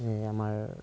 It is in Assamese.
আমাৰ